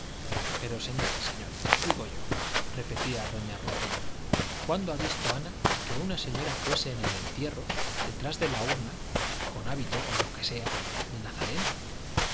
pero señores señores digo yo repetía doña rufina cuándo ha visto ana que una señora fuese en el entierro detrás de la urna con hábito o lo que sea de nazareno